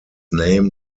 name